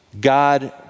God